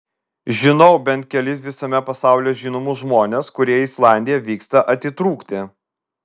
žinau bent kelis visame pasaulyje žinomus žmones kurie į islandiją vyksta atitrūkti